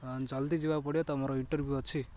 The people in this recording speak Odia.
ହଁ ଜଲ୍ଦି ଯିବାକୁ ପଡ଼ିବ ତ ମୋର ଇଣ୍ଟରଭିୟୁ ଅଛି